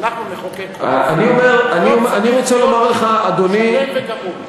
אנחנו נחוקק חוק, שלם וגמור.